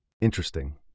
Interesting